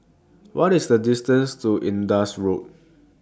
What IS The distance to Indus Road